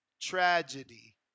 tragedy